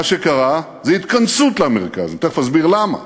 מה שקרה זו התכנסות למרכז, תכף אני אסביר למה.